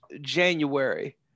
January